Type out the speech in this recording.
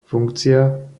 funkcia